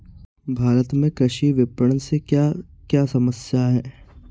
भारत में कृषि विपणन से क्या क्या समस्या हैं?